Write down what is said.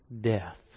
death